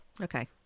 Okay